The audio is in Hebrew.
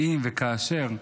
אם וכאשר.